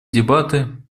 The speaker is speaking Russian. дебаты